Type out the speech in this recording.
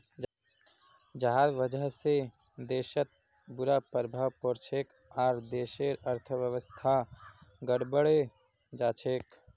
जहार वजह से देशत बुरा प्रभाव पोरछेक आर देशेर अर्थव्यवस्था गड़बड़ें जाछेक